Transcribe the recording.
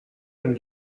and